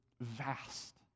vast